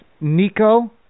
Nico